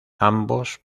ambos